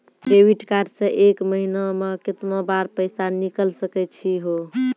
Debit card से एक महीना मा केतना बार पैसा निकल सकै छि हो?